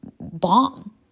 bomb